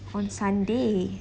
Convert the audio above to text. on sunday